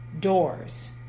doors